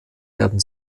werden